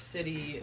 City